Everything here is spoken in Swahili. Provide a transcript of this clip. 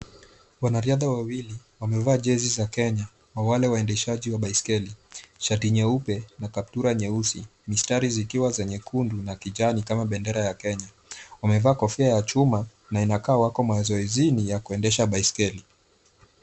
Wanariadha wawili wamevaa jezi za Kenya na wale waendeshaji wa baiskeli, shati nyeupe na kaptula nyeusi, mistari zikiwa za nyekundu na kijani kama bendera ya Kenya, wamevaa kofia ya chuma na inakaa wako mazoezini ya kuendesha baiskeli.